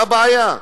מה הבעיה?